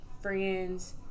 friends